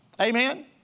Amen